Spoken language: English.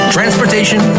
Transportation